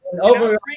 over